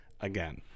again